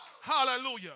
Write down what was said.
Hallelujah